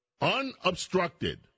unobstructed